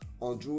Andrew